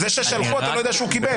זה ששלחו, אתה לא יודע שהוא קיבל.